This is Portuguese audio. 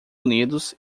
unidos